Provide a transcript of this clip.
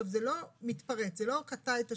זה לא מתפרץ, זה לא קטע את השידור,